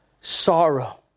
sorrow